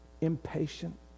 impatient